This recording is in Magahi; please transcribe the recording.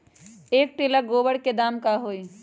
एक टेलर गोबर के दाम का होई?